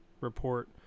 report